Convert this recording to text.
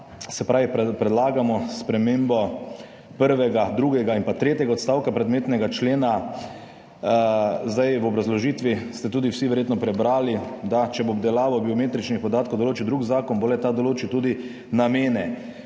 amandma. Predlagamo spremembo prvega, drugega in tretjega odstavka predmetnega člena. V obrazložitvi ste tudi vsi verjetno prebrali, da če bo obdelavo biometričnih podatkov določil drug zakon, bo le-ta določil tudi namene.